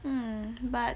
hmm but